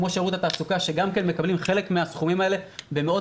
כמו שירות התעסוקה שגם מקבל חלק מהסכומים האלה במאות